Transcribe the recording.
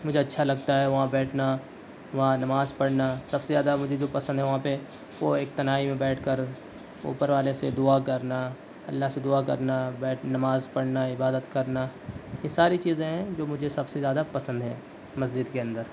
مجھے اچھا لگتا ہے وہاں بیٹھنا وہاں نماز پڑھنا سب سے زیادہ مجھے جو پسند ہے وہاں پہ وہ ایک تنہائی میں بیٹھ کر اوپر والے سے دعا کرنا اللہ سے دعا کرنا بیٹھ نماز پڑھنا عبادت کرنا یہ ساری چیزیں ہیں جو مجھے سب سے زیادہ پسند ہیں مسجد کے اندر